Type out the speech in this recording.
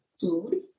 food